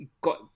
got